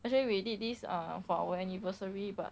actually we did this uh for our anniversary but